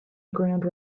grand